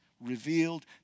Revealed